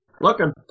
Looking